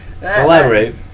Elaborate